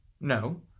No